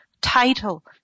title